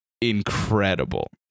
incredible